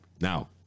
Now